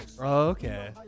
Okay